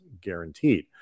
guaranteed